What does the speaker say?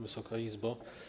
Wysoka Izbo!